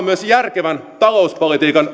myös järkevän talouspolitiikan